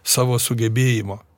savo sugebėjimo